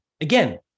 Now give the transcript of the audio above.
Again